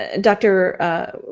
Dr